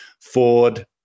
Ford